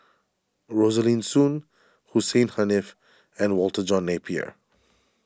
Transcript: Rosaline Soon Hussein Haniff and Walter John Napier